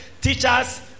teachers